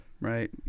right